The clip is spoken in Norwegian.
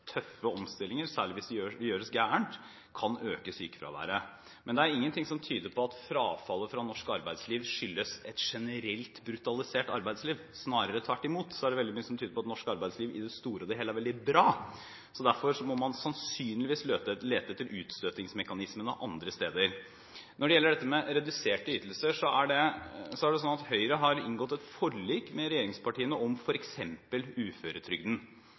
tøffe omstillinger, særlig hvis de gjøres gærent, kan øke sykefraværet. Men det er ingenting som tyder på at frafallet i norsk arbeidsliv skyldes et generelt brutalisert arbeidsliv – snarere tvert imot – det er veldig mye som tyder på at norsk arbeidsliv i det store og hele er veldig bra. Derfor må man sannsynligvis lete etter utstøtingsmekanismene andre steder. Når det gjelder dette med reduserte ytelser, er det slik at Høyre f.eks. har inngått et forlik med regjeringspartiene om uføretrygden. Der har vi vært enige om nivået på uføretrygden.